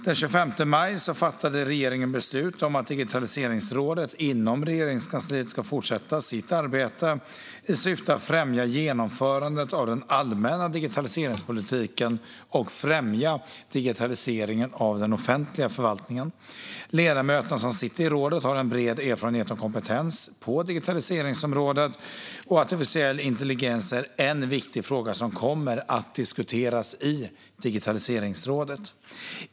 Den 25 maj fattade regeringen beslut om att Digitaliseringsrådet inom Regeringskansliet ska fortsätta sitt arbete i syfte att främja genomförandet av den allmänna digitaliseringspolitiken och främja digitaliseringen av den offentliga förvaltningen. Ledamöterna som sitter i rådet har en bred erfarenhet och kompetens på digitaliseringsområdet, och artificiell intelligens är en viktig fråga som kommer att diskuteras i Digitaliseringsrådet.